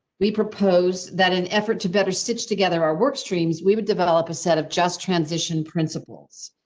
we propose that an effort to better stitch together. our work streams. we would develop a set of just transition principles.